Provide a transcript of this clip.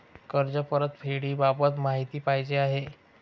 कर्ज परतफेडीबाबत माहिती पाहिजे आहे